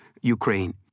Ukraine